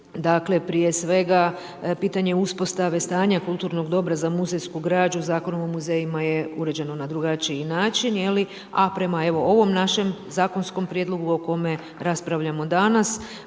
prije svega pitanje uspostave stanja kulturnog dobra za muzejsku građu, Zakonom o muzejima je uređeno na drugačiji način, a prema ovom našem zakonskom prijedlogu o kome raspravljamo danas,